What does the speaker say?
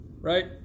right